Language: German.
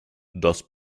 das